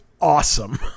awesome